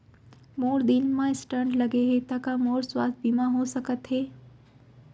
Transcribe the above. मोर दिल मा स्टन्ट लगे हे ता का मोर स्वास्थ बीमा हो सकत हे?